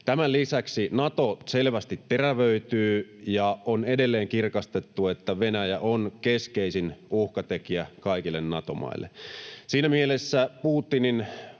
Tämän lisäksi Nato selvästi terävöityy, ja on edelleen kirkastettu, että Venäjä on keskeisin uhkatekijä kaikille Nato-maille. Siinä mielessä Putinin